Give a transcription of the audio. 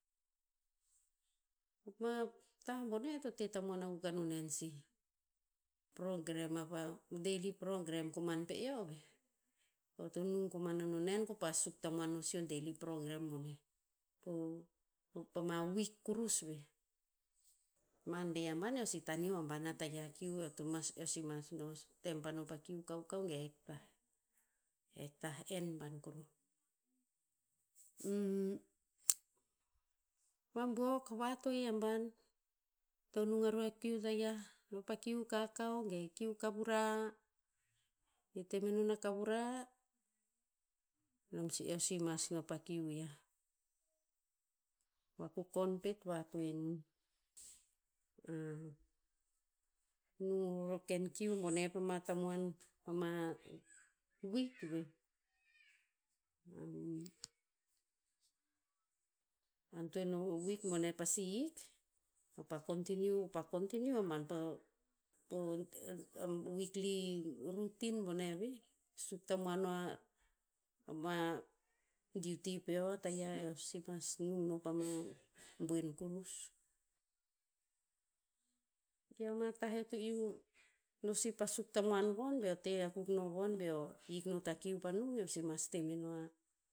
tah boneh to te tamuan akuk a no nen sih. Programme apa daily programme koman pe eo veh. Eo to nung koman a nonen ko pah suk tamuan no sih o daily programme boneh. Po- po pa ma wik kurus veh. Monday aban eo si taneo aban a tayiah akiu eo to mas eo si mas tem pa no pa kiu kaukau ge hek tah- hek tah en ban kuruh. vabuok vatoe aban. To nung aru a kiu tayiah. No pa kiu kakao ge kiu kavura. Teye to te menon a kavura, nom si eo si mas o pa kiu yiah. Vakukon pet vatoe enon. nung ror o ken kiu bone pama tamuan, pama wik veh. atoen o wik bone pasi hik, kopa kontiniu pa kontiniu aban pa po weekly routine bone veh. Suk tamuan noa ama duty peo a tayiah eo pasi mas nung no pama boen kurus. I ama tah eo to iu no si pa suk tamuan von beo te akuk no von beo hik no ta kiu pa nung eo si mas te meno a